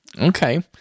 okay